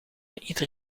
ieder